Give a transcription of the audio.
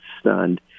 stunned